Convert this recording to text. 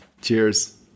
Cheers